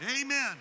Amen